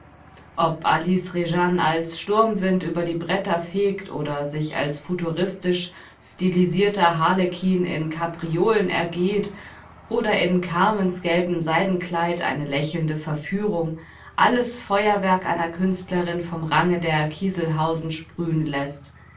ob alice rjane als sturmwind über die bretter fegt oder sich als futuristisch stilisierter harlekin in capriolen ergeht oder in carmens gelbem seidenkleid eine lächelnde verführung alles feuerwerk einer künstlerin vom range der kieselhausen sprühen läßt